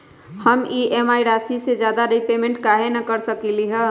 हम ई.एम.आई राशि से ज्यादा रीपेमेंट कहे न कर सकलि ह?